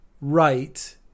right